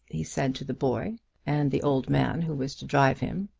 he said to the boy and the old man who was to drive him.